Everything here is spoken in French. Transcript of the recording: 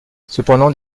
cependant